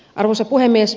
arvoisa puhemies